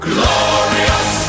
Glorious